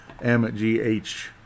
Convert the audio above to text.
MGH